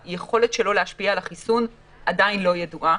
והיכולת של החיסון להשפיע עליו עדיין לא ידועה.